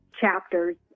chapters